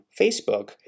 Facebook